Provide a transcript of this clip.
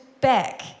back